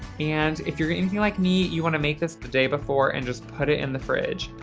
and, if you're anything like me, you wanna make this the day before and just put it in the fridge.